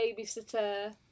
babysitter